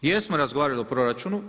Jesmo razgovarali o proračunu.